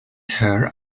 her